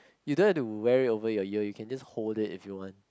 you don't have to wear it over your ear you can just hold it if you want